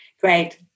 Great